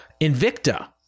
Invicta